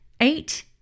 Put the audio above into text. Eight